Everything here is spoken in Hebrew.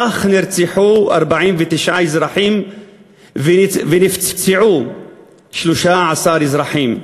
כך נרצחו 49 אזרחים ונפצעו 13 אזרחים.